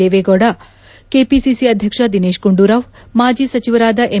ದೇವೇಗೌಡ ಕೆಪಿಸಿಸಿ ಅಧ್ಯಕ್ಷ ದಿನೇತ್ ಗುಂಡೂರಾವ್ ಮಾಜಿ ಸಚಿವರಾದ ಎಂ